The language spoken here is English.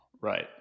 Right